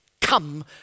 come